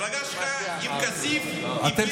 המפלגה שלך עם כסיף הפילה לנו את הממשלה.